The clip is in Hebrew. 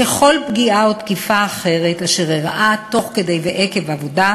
ככל פגיעה או תקיפה אחרת אשר אירעה תוך כדי העבודה ועקב העבודה,